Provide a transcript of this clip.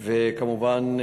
כמובן,